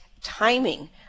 timing